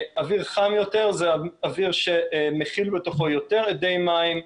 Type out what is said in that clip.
אוויר חם יותר זה אוויר שמכיל בתוכו יותר אדי מים,